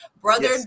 Brother